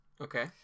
Okay